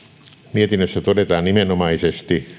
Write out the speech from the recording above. mietinnössä todetaan nimenomaisesti että